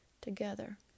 together